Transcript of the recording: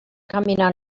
caminar